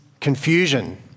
confusion